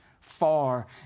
far